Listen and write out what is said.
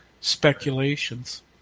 speculations